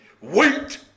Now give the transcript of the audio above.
wait